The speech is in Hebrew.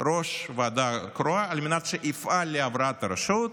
ראש ועדה קרואה על מנת שיפעל להבראת הרשות